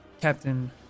Captain